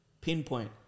pinpoint